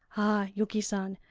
yuki san,